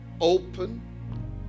open